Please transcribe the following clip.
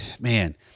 man